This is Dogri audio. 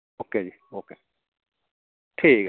ओके जी ओके ठीक ऐ